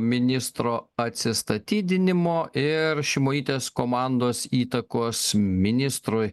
ministro atsistatydinimo ir šimaitės komandos įtakos ministrui